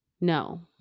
No